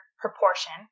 proportion